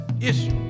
issue